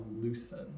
loosen